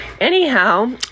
Anyhow